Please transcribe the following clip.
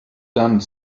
done